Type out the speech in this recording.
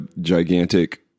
gigantic